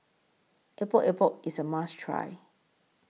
Epok Epok IS A must Try